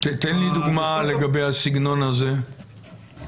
תן לי דוגמה ל"משהו בסגנון הזה".